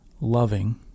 loving